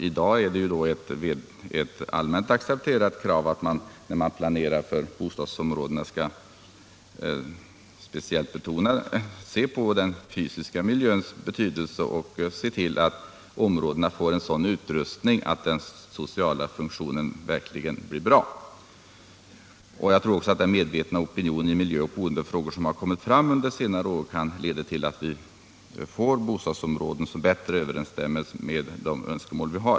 I dag är det ett allmänt accepterat krav att man, när man planerar för bostadsområdena, speciellt skall se på den fysiska miljöns betydelse och se till att områdena får en sådan utrustning att den sociala funktionen verkligen blir bra. Jag tror också att den medvetna opinion i miljöoch boendefrågor som har kommit fram under senare år kan leda till att vi får bostadsområden som bättre överensstämmer med önskemålen.